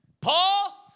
Paul